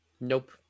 Nope